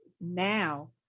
now